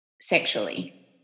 sexually